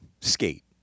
Skate